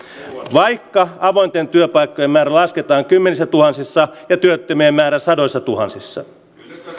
vaikka avointen työpaikkojen määrä lasketaan kymmenissätuhansissa ja työttömien määrä sadoissatuhansissa